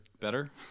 better